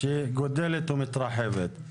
שגודלת ומתרחבת.